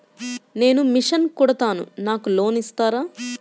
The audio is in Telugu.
నేను మిషన్ కుడతాను నాకు లోన్ ఇస్తారా?